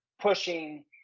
pushing